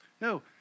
No